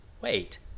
Wait